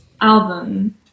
album